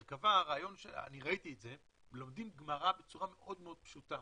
עם המרכבה לומדים גמרא בצורה מאוד פשוטה.